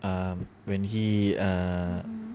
um when he err